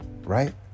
right